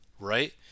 right